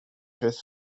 truth